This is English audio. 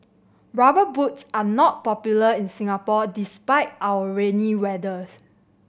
Rubber Boots are not popular in Singapore despite our rainy weather